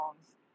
songs